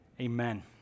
Amen